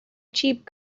cheap